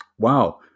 wow